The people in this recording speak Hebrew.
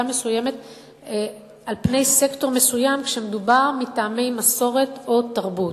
מסוימת סקטור מסוים כשמדובר מטעמי מסורת או תרבות.